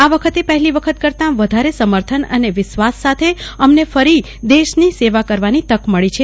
આ વખતે પહેલી વખત કરતાં વધારે સમર્થન અને વિશ્વાસ સાથે અમને ફરી દેશની સેવા કરવાની તક મળી છે